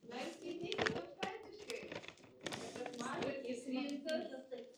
na ir skaitysim aukštaitiškai ir tas mažasiai princas